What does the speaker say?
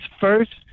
first